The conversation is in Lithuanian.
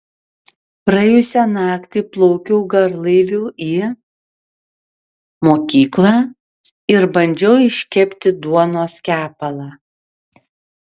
praėjusią naktį plaukiau garlaiviu į mokyklą ir bandžiau iškepti duonos kepalą